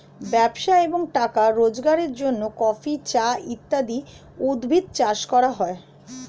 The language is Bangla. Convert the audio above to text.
ব্যবসা এবং টাকা রোজগারের জন্য কফি, চা ইত্যাদি উদ্ভিদ চাষ করা হয়